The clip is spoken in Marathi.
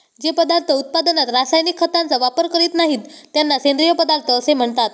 जे पदार्थ उत्पादनात रासायनिक खतांचा वापर करीत नाहीत, त्यांना सेंद्रिय पदार्थ असे म्हणतात